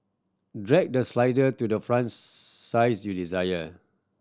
drag the slider to the font size you desire